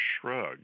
shrug